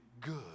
good